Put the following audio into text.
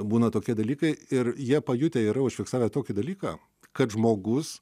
būna tokie dalykai ir jie pajutę yra užfiksavę tokį dalyką kad žmogus